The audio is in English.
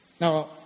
Now